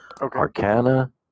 arcana